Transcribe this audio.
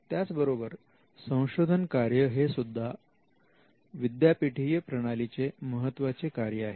त्याचबरोबर संशोधन कार्य हेसुद्धा विद्यापीठीय प्रणालींचे महत्त्वाचे कार्य आहे